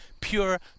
pure